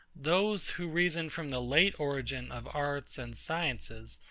those, who reason from the late origin of arts and sciences,